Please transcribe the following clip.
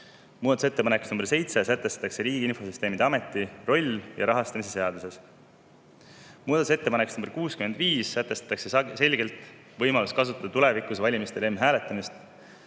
Muudatusettepanekuga nr 7 sätestatakse Riigi Infosüsteemi Ameti roll ja rahastamine seaduses. Muudatusettepanekuga nr 65 sätestatakse selgelt võimalus kasutada tulevikus valimistel m‑hääletamist.